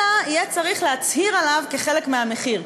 אלא יהיה צריך להצהיר עליו כחלק מהמחיר.